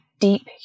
deep